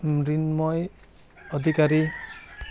Mrinmoy Adhikari